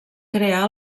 crear